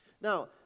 Now